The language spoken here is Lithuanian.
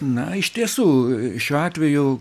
na iš tiesų šiuo atveju